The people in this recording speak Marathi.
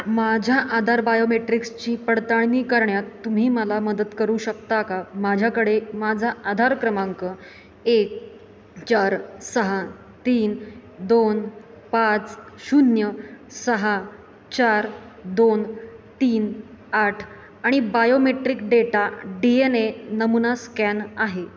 माझ्या आधार बायोमेट्रिक्सची पडताळणी करण्यात तुम्ही मला मदत करू शकता का माझ्याकडे माझा आधार क्रमांक एक चार सहा तीन दोन पाच शून्य सहा चार दोन तीन आठ आणि biometric data D N A नमुना स्कॅन आहे